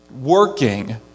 working